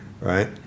right